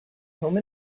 home